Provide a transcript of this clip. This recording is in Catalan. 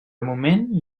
moment